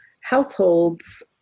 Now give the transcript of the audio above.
households